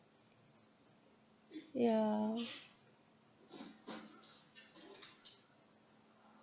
yeah